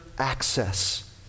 access